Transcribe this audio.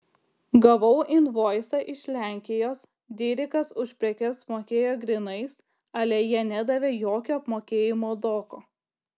gavau invoisą iš lenkijos dirikas už prekes mokėjo grynais ale jie nedavė jokio apmokėjimo doko